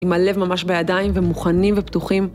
עם הלב ממש בידיים ומוכנים ופתוחים.